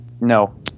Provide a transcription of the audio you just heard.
No